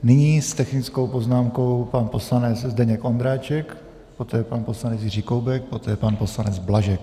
Nyní s technickou poznámkou pan poslanec Zdeněk Ondráček, poté pan poslanec Jiří Koubek, poté pan poslanec Blažek.